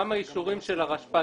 גם האישורים של הרשפ"ת,